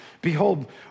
Behold